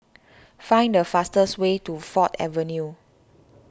find the fastest way to Ford Avenue